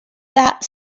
that